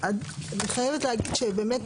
אני חייבת להגיד שבאמת